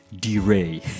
D-Ray